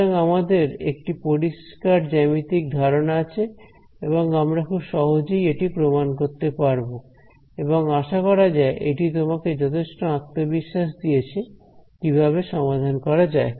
সুতরাং আমাদের একটি পরিষ্কার জ্যামিতিক ধারণা আছে এবং আমরা খুব সহজেই এটি প্রমাণ করতে পারব এবং আশা করা যায় এটি তোমাকে যথেষ্ট আত্মবিশ্বাস দিয়েছে কিভাবে সমাধান করা যায়